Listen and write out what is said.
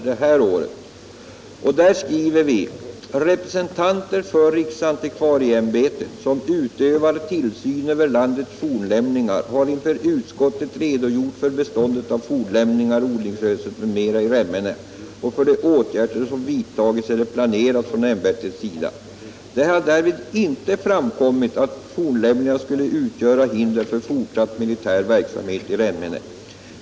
Där säger vi: ” Representanter för riksantikvarieämbetet, som utövar tillsyn över landets fornlämningar, har inför utskottet redogjort för beståndet av fornlämningar, odlingsrösen m.m. i Remmene och för de åtgärder som vidtagits eller planeras från ämbetets sida. Det har därvid inte framkommit att fornlämningarna skulle utgöra hinder för fortsatt militär verksamhet i Remmene.